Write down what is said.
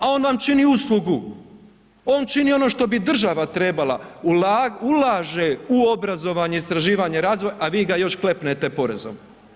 A on vam čini uslugu, on čini ono što bi država trebala ulagati, ulaže u obrazovanje, istraživanje i razvoj, a vi ga još klepnete porezom.